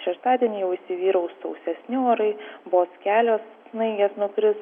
šeštadienį jau įsivyraus sausesni orai vos kelios snaigės nukris